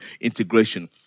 integration